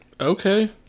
okay